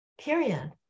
period